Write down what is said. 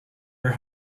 her